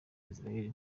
israël